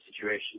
situation